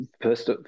first